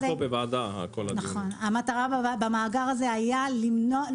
המטרה במאגר הזה היה למנוע,